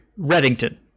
Reddington